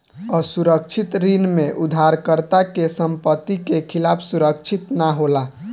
असुरक्षित ऋण में उधारकर्ता के संपत्ति के खिलाफ सुरक्षित ना होला